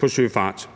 på søfart.